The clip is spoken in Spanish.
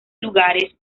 lugares